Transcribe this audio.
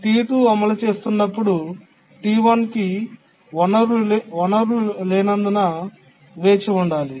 T2 అమలు చేస్తున్నప్పుడు T1 కి వనరు లేనందున వేచి ఉండాలి